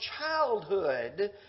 childhood